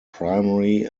primary